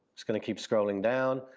just gonna keep scrolling down.